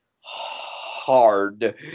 hard